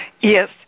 Yes